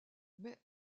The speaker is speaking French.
mais